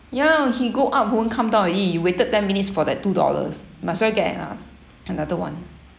ya lah he go up won't come down already you waited ten minutes for that two dollars might as well get an as~ another one